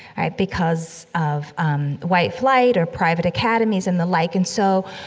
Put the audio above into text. right? because of, um, white flight, or private academies, and the like. and so,